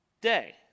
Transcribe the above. day